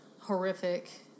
horrific